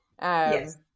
Yes